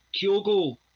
Kyogo